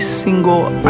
single